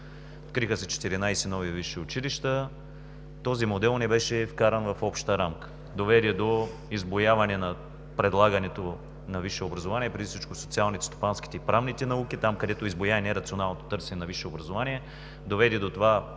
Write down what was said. Откриха се 14 нови висши училища. Този модел не беше вкаран в общата рамка, доведе до избуяване на предлагането на висше образование преди всичко на социалните, стопанските и правните науки – там, където избуя и нерационалното търсене на висшето образование, доведе до това в Северен